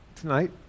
tonight